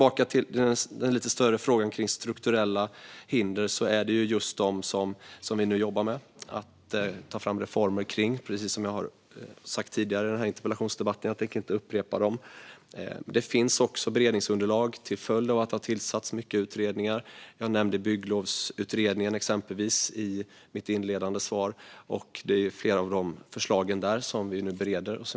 Apropå den lite större frågan om strukturella hinder är det just detta som vi nu, precis som jag har sagt tidigare i denna interpellationsdebatt, jobbar med att ta fram reformer kring. Jag tänker inte upprepa det. Det finns också beredningsunderlag till följd av att det har tillsatts många utredningar. Jag nämnde exempelvis Bygglovsutredningen i mitt inledande svar. Vi bereder nu flera av förslagen därifrån.